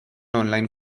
online